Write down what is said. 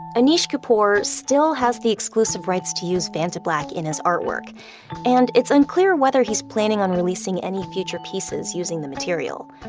anish kapoor still has the exclusive rights to use vantablack in his artwork and it's unclear whether he's planning on releasing any future pieces using the material.